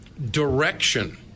Direction